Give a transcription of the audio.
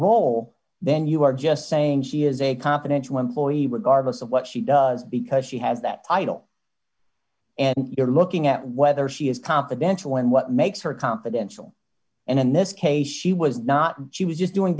role then you are just saying she is a confidential employee regardless of what she does because she has that title and you're looking at whether she is confidential and what makes her confidential and in this case she was not she was just doing